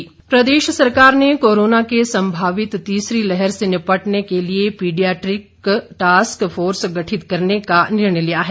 task force प्रदेश सरकार ने कोरोना के संभावित तीसरी लहर से निपटने के लिए पीडियाट्रिक टास्क फोर्स गठित करने का निर्णय लिया है